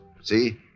See